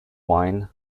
whine